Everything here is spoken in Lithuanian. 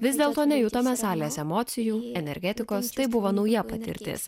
vis dėlto nejutome salės emocijų energetikos tai buvo nauja patirtis